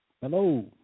Hello